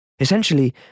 Essentially